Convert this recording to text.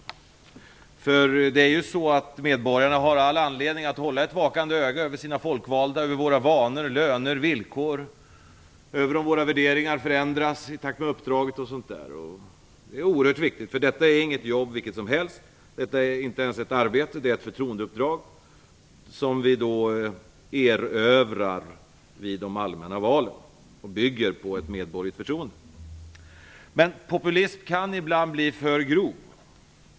Medborgarna har ju all anledning att hålla ett vakande öga över oss folkvalda, våra vanor, löner, villkor och över om våra värderingar förändras i takt med uppdraget osv. Det är oerhört viktigt, därför att detta inte är ett jobb vilket som helst. Det är inte ens ett arbete utan ett förtroendeuppdrag, som vi erövrar vid de allmänna valen. De bygger på ett medborgerligt förtroende. Populismen kan ibland bli för grov.